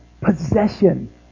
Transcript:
possession